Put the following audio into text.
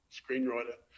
screenwriter